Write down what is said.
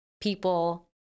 people